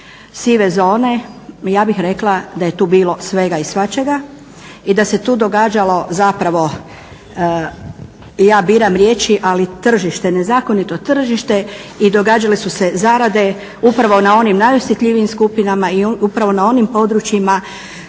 sive zone. Ja bih rekla da je tu bilo svega i svačega i da se tu događalo zapravo ja biram riječi, ali tržište, nezakonito tržište i događale su se zarade upravo na onim najosjetljivijim skupinama i upravo na onim područjima